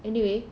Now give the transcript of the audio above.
anyway